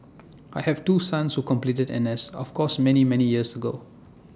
I have two sons who completed N S of course many many years ago